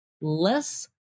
less